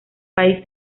país